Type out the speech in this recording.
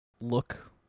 look